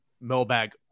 mailbag